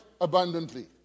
abundantly